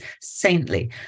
saintly